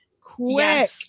Quick